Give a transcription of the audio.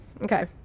Okay